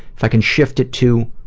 if i can shift it to,